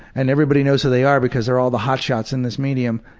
and everybody knows who they are because they're all the hotshots in this medium,